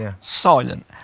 silent